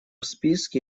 списке